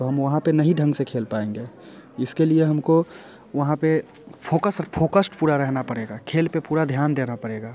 तो हम वहाँ पे नही ढंग से खेल पाएँगे इसके लिए हमको वहाँ पे फोकस फोकस्ड पूरा रहना पड़ेगा खेल पे पूरा ध्यान देना पड़ेगा